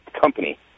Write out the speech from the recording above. company